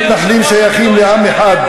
ומתנחלים שייכים לעם אחד,